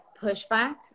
pushback